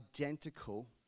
identical